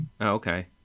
okay